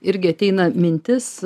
irgi ateina mintis